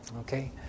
Okay